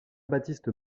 baptiste